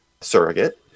surrogate